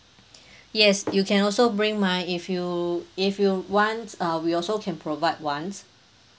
yes you can also bring my if you if you want uh we also can provide ones